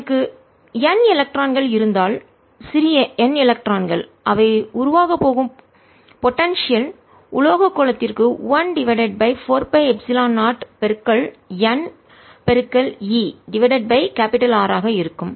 எனவே எனக்கு n எலக்ட்ரான்கள் இருந்தால் சிறிய n எலக்ட்ரான்கள் அவை உருவாகப் போகும் போடன்சியல் ஆற்றல் உலோகக் கோளத்திற்கு 1 divided by 4 pi epsilon 0 n e divided by R ஆக இருக்கும்